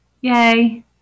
Yay